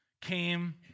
came